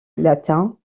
latin